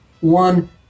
One